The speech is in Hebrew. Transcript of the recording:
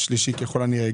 שלישי גם כנראה